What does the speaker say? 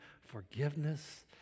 forgiveness